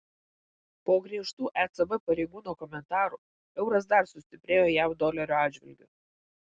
po griežtų ecb pareigūno komentarų euras dar sustiprėjo jav dolerio atžvilgiu